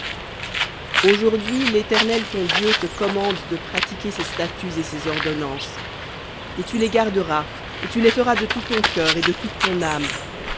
aujourd'hui l'éternel ton dieu te commande de pratiquer ces statuts et ces ordonnances et tu les garderas et tu les feras de tout ton cœur et de toute ton âme